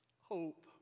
Hope